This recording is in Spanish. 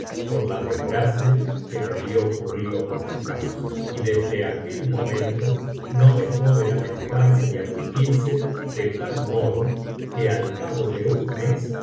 por la desgracia que me había ocurrido por su causa y desde aquel momento no dejó de lamentarse y afligirse ele tal modo que al cabo de un mes